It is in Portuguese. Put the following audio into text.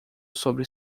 sobre